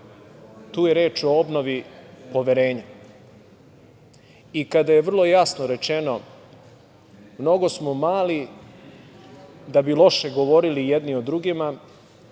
tu je reč o obnovi poverenja i kada je vrlo jasno rečeno, mnogo smo mali da bi loše govorili jedni o drugima,